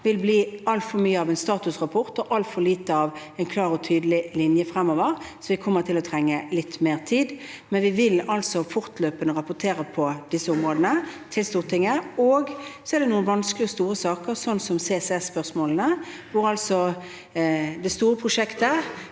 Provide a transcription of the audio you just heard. vil bli en statusrapport og i altfor liten grad en klar og tydelig linje fremover, så vi kommer til å trenge litt mer tid. Men vi vil fortløpende rapportere på disse områdene til Stortinget. Så er det noen vanskelige og store saker, sånn som CCS-spørsmålene, hvor det store prosjektet